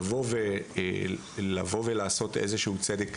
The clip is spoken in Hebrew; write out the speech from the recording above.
לבוא ולעשות איזשהו צדק,